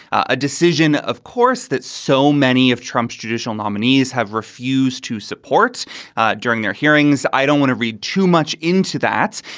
a decision, of course, that so many of trump's judicial nominees have refused to support during their hearings. i don't want to read too much into that,